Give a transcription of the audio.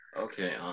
Okay